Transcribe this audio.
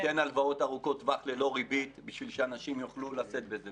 ניתן הלוואות ארוכות טווח ללא ריבית בשביל שאנשים יוכלו לשאת בזה.